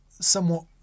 somewhat